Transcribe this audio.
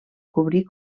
cobrir